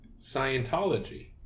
Scientology